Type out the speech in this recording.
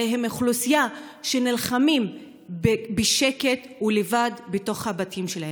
הרי הם אוכלוסייה שנלחמת בשקט ולבד בתוך הבתים שלהם.